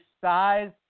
size